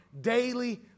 daily